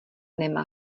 nemá